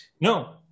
No